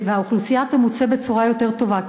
והאוכלוסייה תמוצה בצורה יותר טובה.